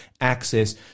access